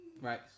Right